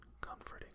comforting